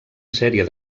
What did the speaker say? sèrie